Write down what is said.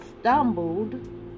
stumbled